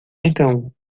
então